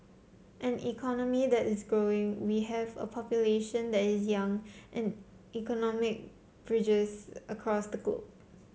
an economy that is growing we have a population that is young and economic bridges across the globe